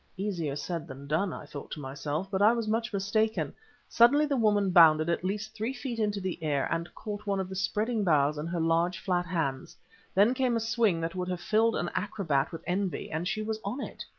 easier said than done, i thought to myself but i was much mistaken. suddenly the woman bounded at least three feet into the air and caught one of the spreading boughs in her large flat hands then came a swing that would have filled an acrobat with envy and she was on it.